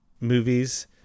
movies